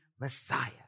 Messiah